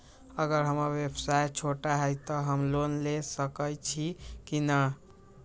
अगर हमर व्यवसाय छोटा है त हम लोन ले सकईछी की न?